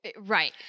Right